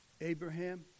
Abraham